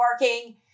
working